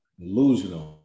illusional